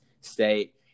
State